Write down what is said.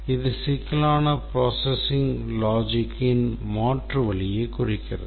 இது சிக்கலான processing logic ன் மாற்று வழியைக் குறிக்கிறது